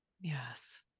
Yes